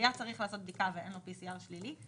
היה צריך לעשות בדיקה ואין לו PCR שלילי,